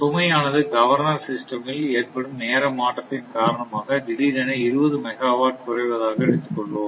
சுமையானது governor system ல் ஏற்படும் நேர மாற்றத்தின் காரணமாக திடீரென 20 மெகா வாட் குறைவதாக எடுத்துக் கொள்வோம்